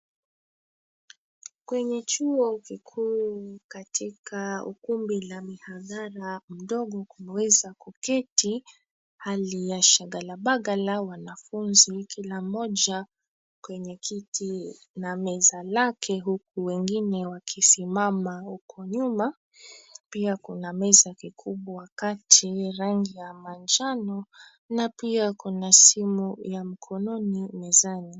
Kwenye chuo kikuu katika ukumbi la mihadhara mdogo huweza kuketi hali ya shagalabaghala wanafunzi kila mmoja kwenye kiti na meza lake huku wengine wakisimama huku nyuma. Pia kuna meza kikubwa kati ya rangi ya manjano na pia kuna simu ya mkononi mezani.